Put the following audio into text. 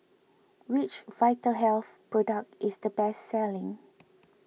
which Vitahealth product is the best selling